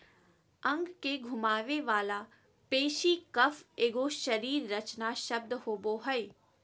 अंग के घुमावे वाला पेशी कफ एगो शरीर रचना शब्द होबो हइ